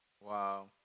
Wow